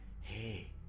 hey